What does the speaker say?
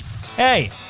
Hey